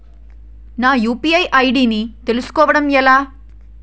నా UPI ID ని తెలుసుకోవడం ఎలా?